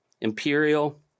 Imperial